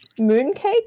mooncake